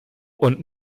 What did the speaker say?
und